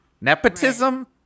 nepotism